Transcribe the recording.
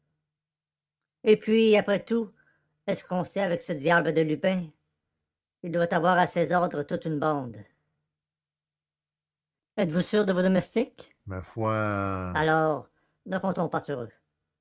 et puis après tout est-ce qu'on sait avec ce diable de lupin il doit avoir à ses ordres toute une bande êtes-vous sûr de vos domestiques ma foi alors ne comptons pas sur eux